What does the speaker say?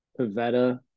Pavetta